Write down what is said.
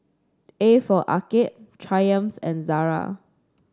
A for Arcade Triumph and Zara